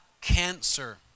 cancer